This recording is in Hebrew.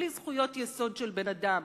בלי זכויות יסוד של בן-אדם.